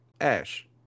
Ash